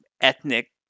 ethnic